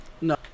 No